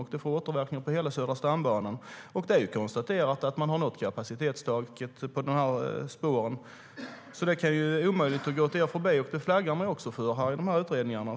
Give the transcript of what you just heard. Det får alltså återverkningar på hela Södra stambanan. Det är konstaterat att man har nått kapacitetstaket på de här spåren, så det kan omöjligt ha gått er förbi. Det flaggar man också för i utredningarna.